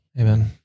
Amen